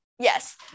Yes